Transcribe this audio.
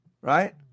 right